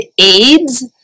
aids